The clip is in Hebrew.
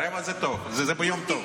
רבע זה טוב, זה ביום טוב.